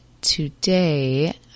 today